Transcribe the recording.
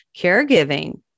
caregiving